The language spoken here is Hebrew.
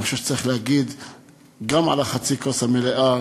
אני חושב שצריך להגיד גם על חצי הכוס המלאה,